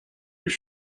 his